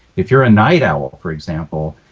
if you're a night owl for example,